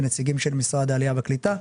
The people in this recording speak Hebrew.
ונציגים של משרד העלייה והקליטה.